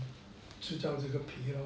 制造这个皮咯